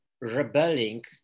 rebelling